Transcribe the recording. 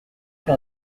qui